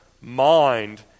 mind